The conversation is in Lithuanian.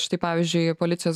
štai pavyzdžiui policijos